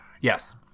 Yes